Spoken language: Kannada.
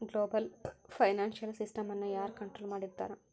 ಗ್ಲೊಬಲ್ ಫೈನಾನ್ಷಿಯಲ್ ಸಿಸ್ಟಮ್ನ ಯಾರ್ ಕನ್ಟ್ರೊಲ್ ಮಾಡ್ತಿರ್ತಾರ?